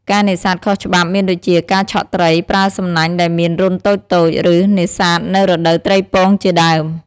ការនេសាទខុសច្បាប់មានដូចជា ការឆក់ត្រី ប្រើសំណាញ់ដែលមានរន្ធតូចៗ ឬ នេសាទនៅរដូវត្រីពងជាដើម។